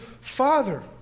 father